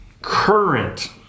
current